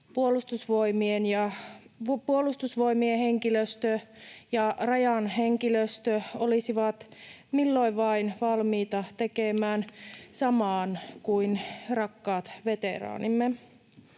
Puolustusvoimien henkilöstö ja Rajan henkilöstö olisivat milloin vain valmiita tekemään saman kuin rakkaat veteraanimme.